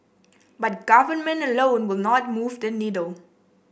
but government alone will not move the needle